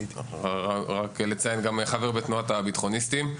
רק לציין, אני גם חבר בתנועת הביטחוניסטים.